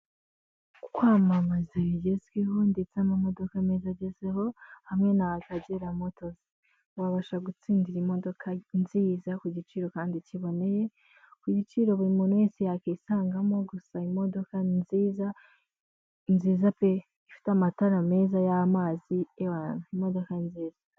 Kwamamaza ibigezweho ndetse amamodoka meza agezeho hamwe n'Akagera Motozi. Wabasha gutsindira imodoka nziza ku giciro kandi kiboneye, ku giciro buri muntu wese yakwisangamo, gusa imodoka nziza, nziza pe. Ifite amatara meza y'amazi ewana imodoka nziza.